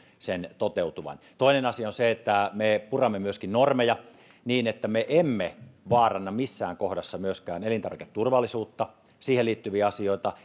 sen toteutuvan toinen asia on se että me puramme myöskin normeja niin että me emme vaaranna missään kohdassa myöskään elintarviketurvallisuutta ja siihen liittyviä asioita